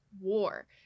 war